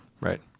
Right